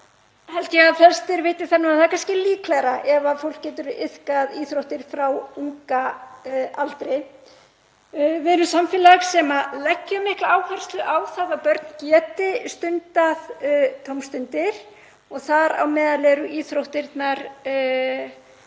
held ég að flestir viti að það er kannski líklegra ef fólk getur iðkað íþróttir frá unga aldri. Við erum samfélag sem leggjum mikla áherslu á að börn geti stundað tómstundir og þar á meðal eru íþróttirnar